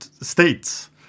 states